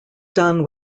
done